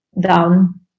down